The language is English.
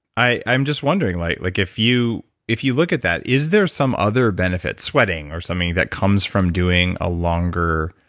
i'm just wondering, like like if you if you look at that, is there some other benefits, sweating or something that comes from doing a longer,